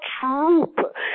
troop